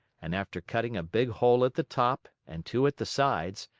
and after cutting a big hole at the top and two at the sides,